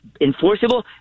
enforceable